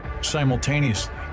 Simultaneously